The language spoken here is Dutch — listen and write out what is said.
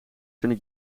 vindt